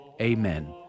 Amen